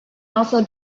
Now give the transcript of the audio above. also